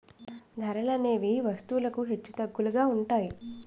ధరలనేవి వస్తువులకు హెచ్చుతగ్గులుగా ఉంటాయి